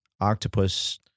octopus